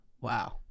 Wow